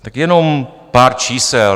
Tak jenom pár čísel.